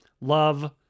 love